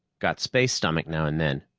got space-stomach now and then,